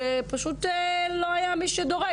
שפשוט לא היה להן דורש.